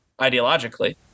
ideologically